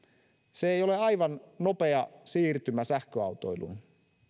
se ei ole aivan nopea siirtymä sähköautoiluun